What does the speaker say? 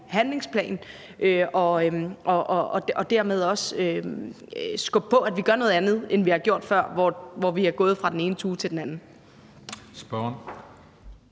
og dermed også skubbe på for, at vi gør noget andet, end vi har gjort før, hvor vi er hoppet fra den ene tue til den anden.